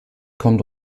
kommt